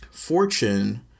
Fortune